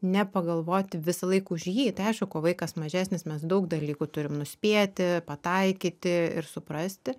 nepagalvoti visąlaik už jį tai aišku kuo vaikas mažesnis mes daug dalykų turim nuspėti pataikyti ir suprasti